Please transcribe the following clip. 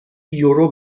یورو